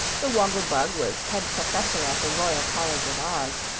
the woggle-bug was head professor at the royal college of oz,